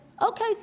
okay